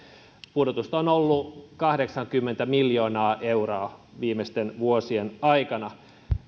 pudotusta on ollut kahdeksankymmentä miljoonaa euroa viimeisten vuosien aikana